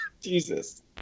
Jesus